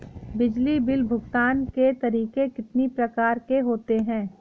बिजली बिल भुगतान के तरीके कितनी प्रकार के होते हैं?